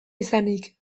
izanik